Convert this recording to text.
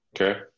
Okay